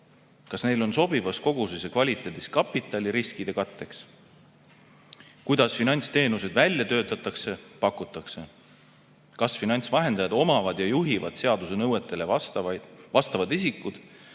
kas neil on sobivas koguses ja kvaliteedis kapitali riskide katteks, kuidas finantsteenuseid välja töötatakse, pakutakse, kas finantsvahendajaid omavad ja juhivad seaduse nõuetele vastavad isikud.